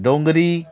डोंगरी